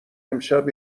امشب